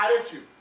attitude